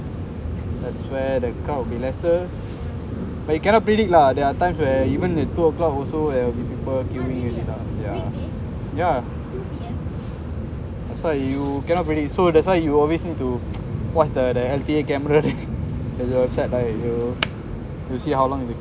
that's when the car will be lesser but you cannot predict lah there are times where even the two o'clock also will be people you usually lah yeah yeah that's why you cannot really so that's why you always need to what's the the L_T_A camera the website you you see how long